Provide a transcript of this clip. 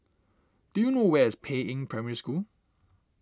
do you know where is Peiying Primary School